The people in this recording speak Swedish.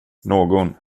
någon